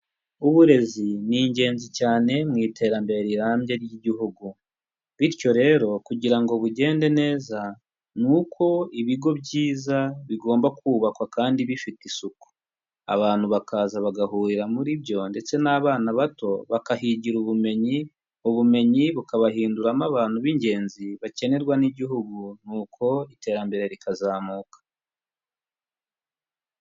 Uburezi ni ingenzi cyane mu iterambere rirambye ry'igihugu. Bityo rero kugira ngo bugende neza, ni uko ibigo byiza bigomba kubakwa kandi bifite isuku. Abantu bakaza bagahurira muri byo, ndetse n'abana bato, bakahigira ubumenyi, ubumenyi bukabahinduramo abantu b'ingenzi bakenerwa n'igihugu, ni uko iterambere rikazamuka.